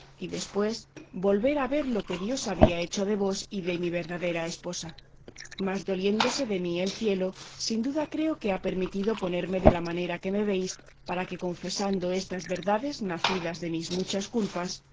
y después volver a ver lo que dios había hecho de vos y de mi verdadera esposa mas doliéndose de mí el cielo sin duda creo que ha permitido ponerme de la manera que me veis para que confesando estas verdades nacidas de mis muchas culpas